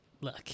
Look